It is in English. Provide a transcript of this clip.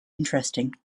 interesting